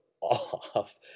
off